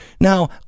Now